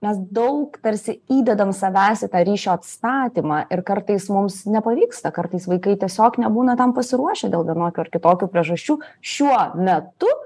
mes daug tarsi įdedam savęs į tą ryšio atstatymą ir kartais mums nepavyksta kartais vaikai tiesiog nebūna tam pasiruošę dėl vienokių ar kitokių priežasčių šiuo metu